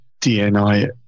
DNI